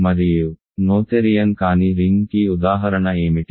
మరియు నోథెరియన్ కాని రింగ్ కి ఉదాహరణ ఏమిటి